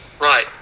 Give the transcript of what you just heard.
Right